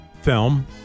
film